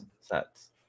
sets